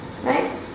Right